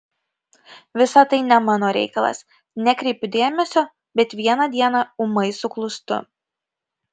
visa tai ne mano reikalas nekreipiu dėmesio bet vieną dieną ūmai suklūstu